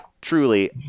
truly